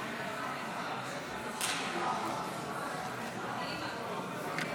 שר הפנים, אין בעיה.